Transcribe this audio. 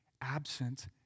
absent